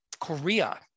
Korea